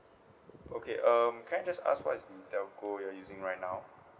okay um can I just ask what's the telco you're using right now